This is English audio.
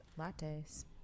lattes